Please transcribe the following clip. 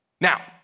Now